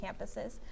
campuses